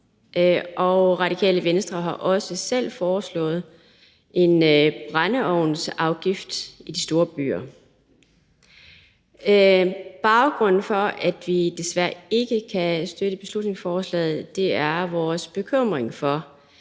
og Radikale Venstre har også selv foreslået en brændeovnsafgift i de store byer. Baggrunden for, at vi desværre ikke kan støtte beslutningsforslaget, er vores bekymring for,